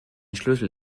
schlüssel